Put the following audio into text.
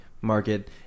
market